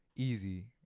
easy